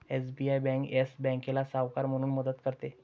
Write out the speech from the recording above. SBI bank Yes बँकेला सावकार म्हणून मदत करते